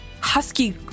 husky